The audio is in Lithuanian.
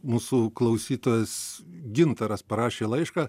mūsų klausytojas gintaras parašė laišką